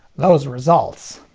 those results.